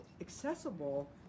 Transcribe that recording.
accessible